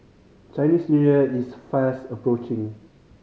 Chinese New Year is fast approaching